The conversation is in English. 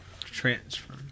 Transfer